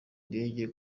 ndege